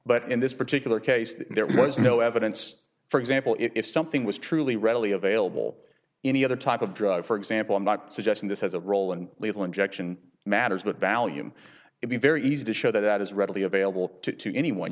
but in this particular case that there was no evidence for example if something was truly readily available any other type of drug for example i'm not suggesting this has a role in lethal injection matters but value would be very easy to show that is readily available to anyone